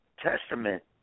testament